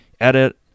edit